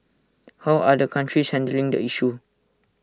how other countries handling the issue